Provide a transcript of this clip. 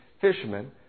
fishermen